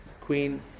Queen